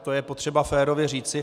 To je potřeba férově říci.